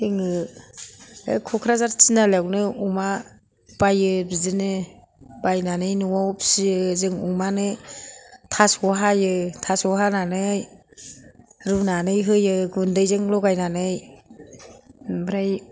जोङो बे क'क्राझार तिनालिआवनो अमा बायो बिदिनो बायनानै न'आव फिसियो जों अमानो थास' हायो थास' हानानै रुनानै होयो गुन्दैजों लगायनानै ओमफ्राय